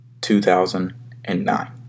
2009